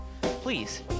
please